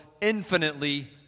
infinitely